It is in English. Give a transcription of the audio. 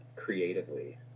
creatively